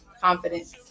confidence